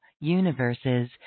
universes